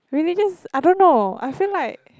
really just I don't know I feel like